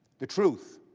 the truth.